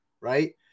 right